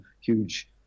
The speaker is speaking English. huge